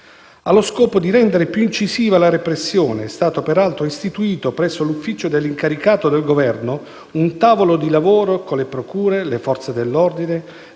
Allo scopo di rendere più incisiva la repressione, è stato peraltro istituito, presso l'ufficio dell'incaricato del Governo, un tavolo di lavoro con le procure, le Forze dell'ordine e le